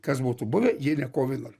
kas būtų buvę jei ne kovo vienuolikta